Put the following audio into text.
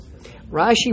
Rashi